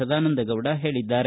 ಸದಾನಂದಗೌಡ ಹೇಳಿದ್ದಾರೆ